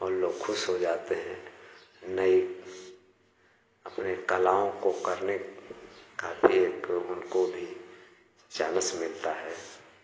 और लोग खुश हो जाते हैं नई अपनी कलाओं को करने का भी एक उनको भी चानस मिलता है